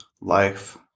life